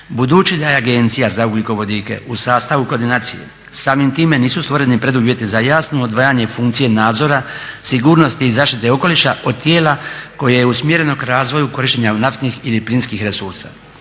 budući da je Agencija za ugljikovodike u sastavu koordinacije samim time nisu stvoreni preduvjeti za jasno odvajanje funkcije nadzora, sigurnosti i zaštite okoliša od tijela koje je usmjereno ka razvoju korištenja naftnih ili plinskih resursa.